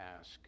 ask